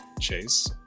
Chase